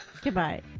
Goodbye